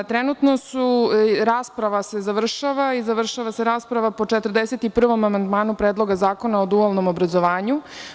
Rasprava se završava i završava se rasprava po 41. amandmanu Predloga zakona o dualnom obrazovanju.